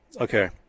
Okay